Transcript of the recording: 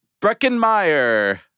Breckenmeyer